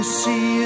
see